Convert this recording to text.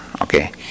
okay